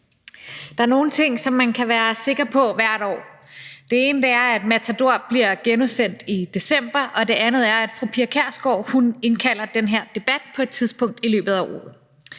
Der er nogle ting, som man kan være sikker på hvert år: Den ene er, at »Matador« bliver genudsendt i december, og den anden er, at fru Pia Kjærsgaard indkalder til den her debat på et tidspunkt i løbet af året.